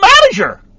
manager